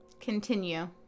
Continue